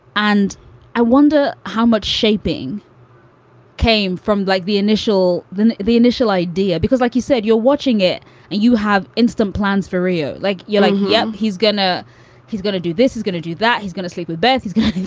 and i wonder how much shaping came from like the initial than the initial idea, because like you said, you're watching it and you have instant plans for rio like you like him. yeah he's gonna he's gonna do this is gonna do that. he's gonna sleep with ben. he's gonna.